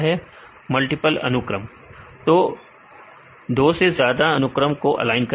विद्यार्थी मल्टीपल अनुक्रम दो से ज्यादा अनुक्रम को ऑलाइन करें